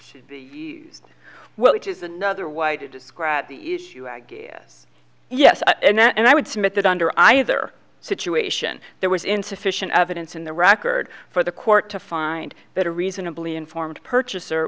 should be used well which is another way to describe the issue i guess yes and i would submit that under either situation there was insufficient evidence in the record for the court to find that a reasonably informed purchaser